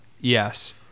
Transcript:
yes